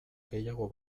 gehiago